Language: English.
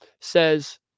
says